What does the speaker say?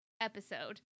episode